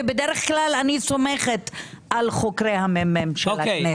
ובדרך כלל אני סומכת על חוקרי המ"מ של הכנסת.